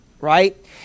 right